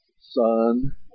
Son